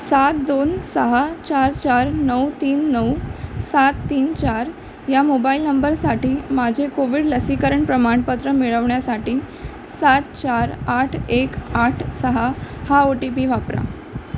सात दोन सहा चार चार नऊ तीन नऊ सात तीन चार या मोबाईल नंबरसाठी माझे कोविड लसीकरण प्रमाणपत्र मिळवण्यासाठी सात चार आठ एक आठ सहा हा ओ टी पी वापरा